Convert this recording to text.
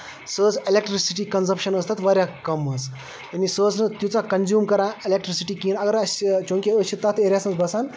سُہ ٲسۍ electricity consumption ٲسۍ تَتھ واریاہ کَم حظ یعنے سۄ ٲسۍ نہٕ تیٖژہ کَنزوٗم کران الیکٹسٹی کِہینۍ اَگر اَسہِ چوٗنٛکہِ أسۍ چھِ تَتھ ایریاہَس منٛز بَسان